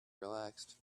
relaxed